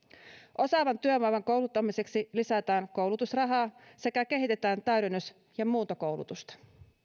osaavan työvoiman kouluttamiseksi lisätään koulutusrahaa sekä kehitetään täydennys ja muuntokoulutusta